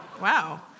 Wow